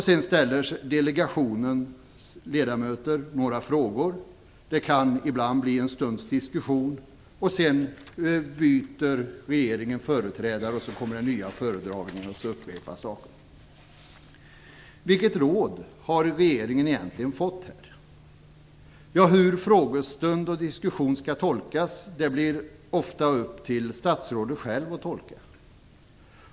Sedan ställer delegationens ledamöter några frågor. Det kan ibland bli en stunds diskussion. Sedan byter regeringen företrädare, det kommer nya föredragningar, och så upprepas det hela. Vilket råd har regeringen egentligen fått? Hur skall frågestund och diskussion tolkas? Det blir ofta upp till statsrådet själv att tolka.